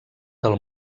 del